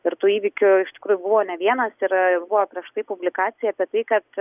ir tų įvykių iš tikrųjų buvo ne vienas yra ir buvo prieš tai publikacija apie tai kad